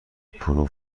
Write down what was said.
پرو